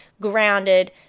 grounded